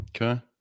Okay